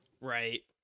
right